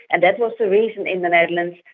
and that was the reason in the netherlands,